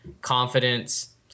confidence